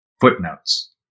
footnotes